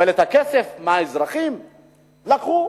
אבל את הכסף מהאזרחים לקחו.